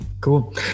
Cool